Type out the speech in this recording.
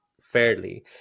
fairly